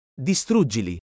Distruggili